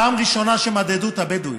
פעם ראשונה שמדדו את הבדואים.